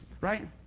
right